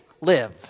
live